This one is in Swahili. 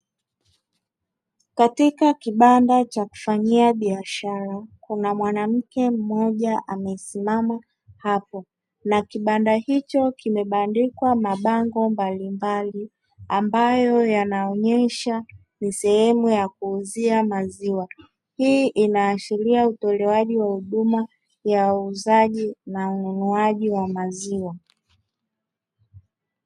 Katika kibanda cha kufanyia biashara kuna mwanamke mmoja amesimama hapo, na kibanda hicho kimebandikwa mabango mbalimbali ambayo yanaonyesha ni sehemu ya kuuzia maziwa. Hii inaashiria utolewaji wa huduma ya uuzaji na ununuaji wa maziwa.